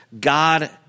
God